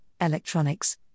electronics